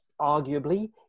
arguably